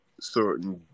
certain